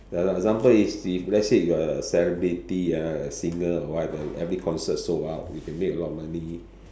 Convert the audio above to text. ya lah example if if let's say you are a celebrity ah a singer or what you every concert sold out you can make a lot of money